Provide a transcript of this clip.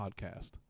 podcast